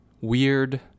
weird